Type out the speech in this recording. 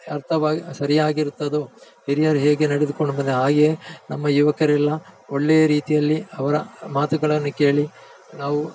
ಅರ್ಥವಾಗಿ ಸರಿಯಾಗಿರುತ್ತದೋ ಹಿರಿಯರು ಹೇಗೆ ನಡೆದುಕೊಂಡು ಬಂದ ಹಾಗೇ ನಮ್ಮ ಯುವಕರೆಲ್ಲ ಒಳ್ಳೆಯ ರೀತಿಯಲ್ಲಿ ಅವರ ಮಾತುಗಳನ್ನು ಕೇಳಿ ನಾವು